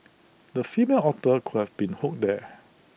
the female otter could have been hooked there